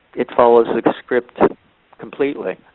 it follows the the script completely.